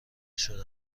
شده